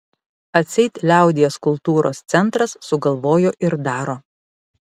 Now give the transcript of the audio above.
atseit liaudies kultūros centras sugalvojo ir daro